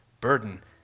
burden